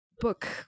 book